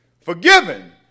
forgiven